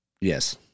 Yes